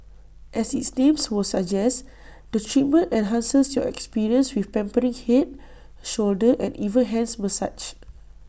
as its names would suggest the treatment enhances your experience with pampering Head shoulder and even hands massage